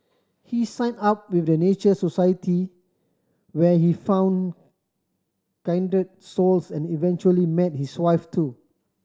he signed up with the Nature Society where he found kindred souls and eventually met his wife too